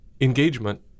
engagement